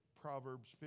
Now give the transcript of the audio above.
Proverbs